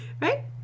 Right